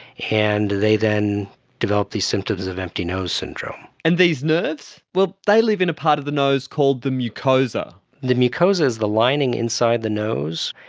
and they then develop these symptoms of empty nose syndrome. and these nerves? well, they live in a part of the nose called the mucosa. the mucosa is the lining inside the nose,